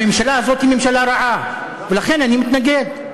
הממשלה הזאת היא ממשלה רעה, ולכן אני מתנגד.